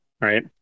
right